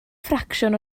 ffracsiwn